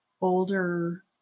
older